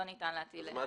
לא ניתן להטיל עונש מאסר.